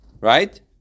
Right